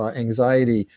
ah anxiety,